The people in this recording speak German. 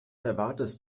erwartest